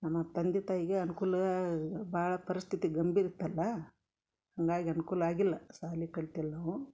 ನಮ್ಮ ತಂದೆ ತಾಯ್ಗ ಅನ್ಕೂಲ ಭಾಳ ಪರಿಸ್ಥಿತಿ ಗಂಭೀರಿತ್ತಲ್ಲ ಹಾಗಾಗೆ ಅನ್ಕೂಲ ಆಗಿಲ್ಲ ಸಾಲಿ ಕಲ್ತಿಲ್ಲ ನಾವು